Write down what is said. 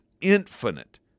infinite